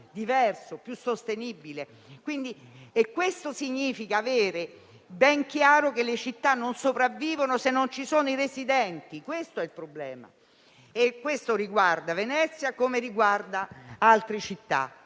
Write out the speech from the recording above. diverso, più sostenibile. Questo significa avere ben chiaro che le città non sopravvivono, se non ci sono i residenti: questo è il problema, a Venezia, come in altre città.